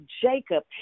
Jacob